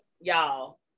y'all